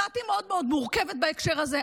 דעתי מאוד מאוד מורכבת בהקשר הזה.